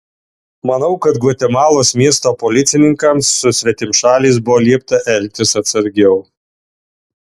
manau kad gvatemalos miesto policininkams su svetimšaliais buvo liepta elgtis atsargiau